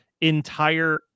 entire